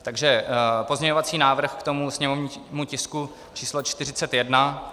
Takže pozměňovací návrh ke sněmovnímu tisku číslo 41.